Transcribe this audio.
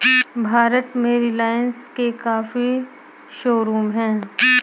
भारत में रिलाइन्स के काफी शोरूम हैं